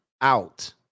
out